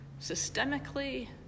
systemically